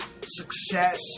success